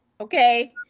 okay